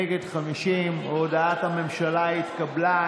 נגד, 50. הודעת הממשלה התקבלה.